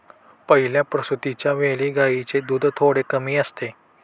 पहिल्या प्रसूतिच्या वेळी गायींचे दूध थोडे कमी असते